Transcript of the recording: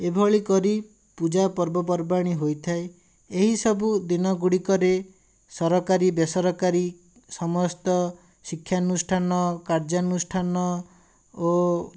ଏଭଳି କରି ପୂଜା ପର୍ବପର୍ବାଣି ହୋଇଥାଏ ଏହି ସବୁଦିନ ଗୁଡ଼ିକରେ ସରକାରୀ ବେସରକାରୀ ସମସ୍ତ ଶିକ୍ଷାନୁଷ୍ଠାନ କାର୍ଯ୍ୟାନୁଷ୍ଠାନ ଓ